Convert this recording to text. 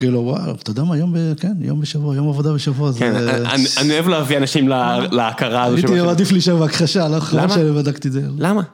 כאילו, וואו, אתה יודע מה? יום בשבוע, יום עבודה בשבוע. כן, אני אוהב להביא אנשים להכרה. אני אומר, עדיף להישאר בהכחשה, אני לא אחרון שבדקתי את זה. למה? למה?